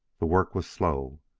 the work was slow,